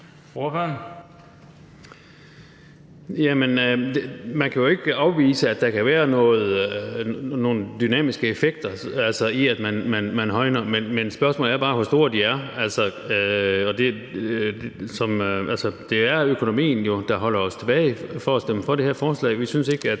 Man kan jo ikke afvise, at der kan være nogle dynamiske effekter ved at højne tandbehandlingen. Men spørgsmålet er bare, hvor store de er. Det er jo økonomien, der holder os tilbage fra at stemme for det her forslag. Vi synes ikke, at